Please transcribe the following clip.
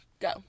go